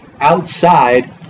outside